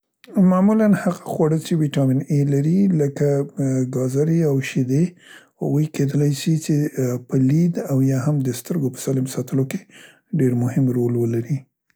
معمولاً هغه خواړه څې ویټامین اې لري لکه اُ، ګازرې او شیدې هغوی کیدلی سي چې په لید او یا هم د سترګو په سالم ساتلو کې ډير مهم رول ولري.